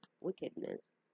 wickedness